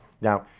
Now